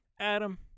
Adam